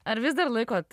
ar vis dar laikot